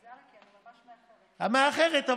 את מאחרת,